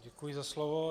Děkuji za slovo.